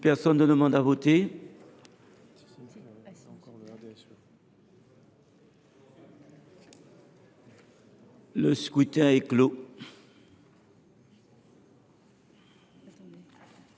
Personne ne demande plus à voter ?… Le scrutin est clos.